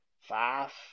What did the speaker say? five